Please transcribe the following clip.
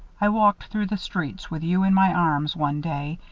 i walked through the streets with you in my arms one day,